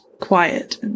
quiet